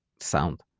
sound